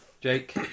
Jake